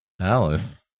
Alice